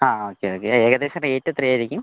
ആ ഓക്കെ ഏകദേശം റേറ്റ് എത്രയായിരിക്കും